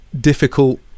difficult